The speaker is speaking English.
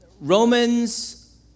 Romans